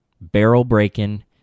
barrel-breaking